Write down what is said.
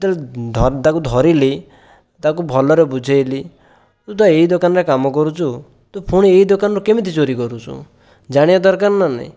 ଯେତେବେଳେ ତାକୁ ଧରିଲି ତାକୁ ଭଲରେ ବୁଝେଇଲି ତୁ ତ ଏଇ ଦୋକାନରେ କାମ କରୁଛୁ ତୁ ପୁଣି ଏଇ ଦୋକାନରୁ କେମିତି ଚୋରି କରୁଛୁ ଜାଣିବା ଦରକାର ନା ନାଇଁ